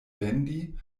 vendi